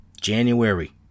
January